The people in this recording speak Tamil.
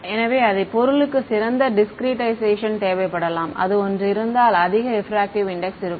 எனவே அதே பொருளுக்கு சிறந்த டிஸ்க்ரீடைசேஷன் தேவைப்படலாம் அது ஒன்று இருந்தால் அதிக ரெப்ரக்ட்டிவ் இன்டெக்ஸ் இருக்கும்